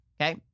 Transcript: okay